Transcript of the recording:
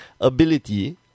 ability